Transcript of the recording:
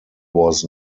was